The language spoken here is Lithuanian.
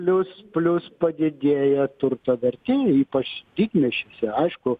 plius plius padegėja turto vertė ypač didmiesčiuose aišku